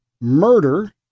murder